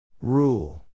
Rule